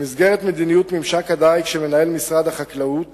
במסגרת מדיניות משק הדיג שמנהל משרד החקלאות